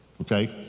okay